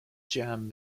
jam